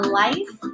life